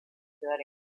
quedar